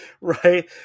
Right